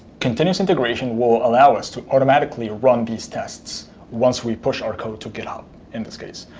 continuous integration will allow us to automatically run these tests once we push our code to github, in this case.